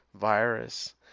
virus